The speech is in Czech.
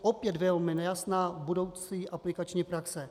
Opět velmi nejasná budoucí aplikační praxe.